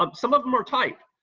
um some of them are typed.